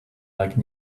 like